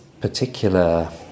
particular